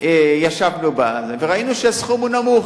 ישבנו וראינו שהסכום הוא נמוך.